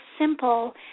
simple